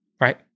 right